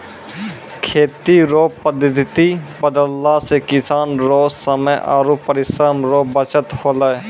खेती रो पद्धति बदलला से किसान रो समय आरु परिश्रम रो बचत होलै